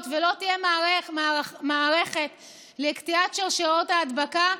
ולא תהיה מערכת לקטיעת שרשראות ההדבקה,